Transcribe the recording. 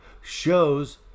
shows